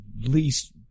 least